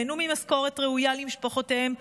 ייהנו ממשכורת ראויה למשפחותיהם,